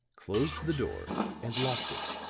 closed the door and locked it,